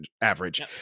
average